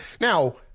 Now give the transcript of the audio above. Now